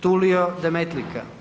Tulio Demetlika.